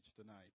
tonight